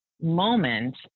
moment